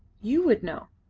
you would know.